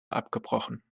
abgebrochen